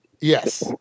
Yes